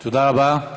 תודה רבה.